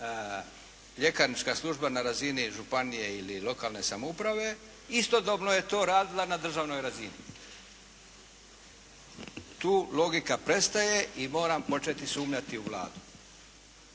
ljekarnička služba na razini županije ili lokalne samouprave, istodobno je to radila na državnoj razini. Tu logika prestaje i moram početi sumnjati u Vladu.